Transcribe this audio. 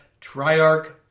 Triarch